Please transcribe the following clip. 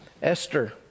Esther